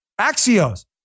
Axios